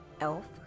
Elf